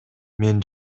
мен